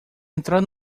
entrar